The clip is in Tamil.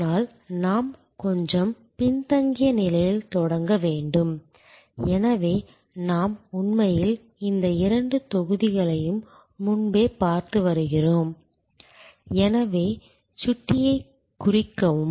ஆனால் நாம் கொஞ்சம் பின்தங்கிய நிலையில் தொடங்க வேண்டும் எனவே நாம் உண்மையில் இந்த இரண்டு தொகுதிகளையும் முன்பே பார்த்து வருகிறோம் எனது சுட்டியைக் குறிக்கவும்